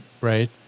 right